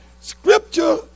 Scripture